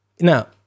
now